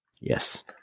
Yes